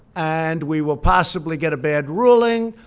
and we will possibly get a bad ruling,